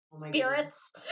Spirits